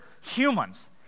humans